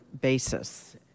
basis